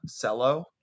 Cello